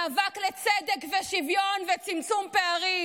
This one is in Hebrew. מאבק לצדק ושוויון וצמצום פערים.